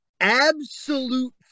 absolute